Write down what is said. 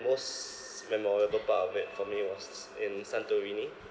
most memorable part of it for me was in santorini